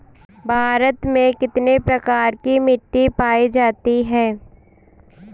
भारत में कितने प्रकार की मिट्टी पायी जाती है?